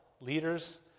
leaders